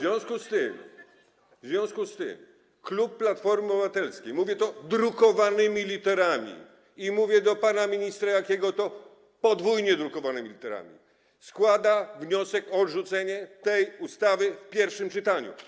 W związku z tym klub Platforma Obywatelska - mówię to drukowanymi literami, a do pana ministra Jakiego mówię to podwójnie drukowanymi literami - składa wniosek o odrzucenie tej ustawy w pierwszym czytaniu.